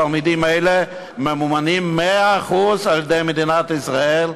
התלמידים האלה ממומנים ב-100% על-ידי מדינת ישראל,